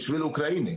אוקיי.